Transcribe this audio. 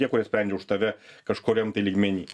tie kurie sprendžia už tave kažkuriam lygmeny